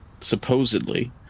supposedly